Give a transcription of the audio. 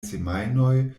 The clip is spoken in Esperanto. semajnoj